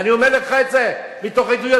אני אומר לך את זה מתוך עדויות,